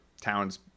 town's